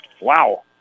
Wow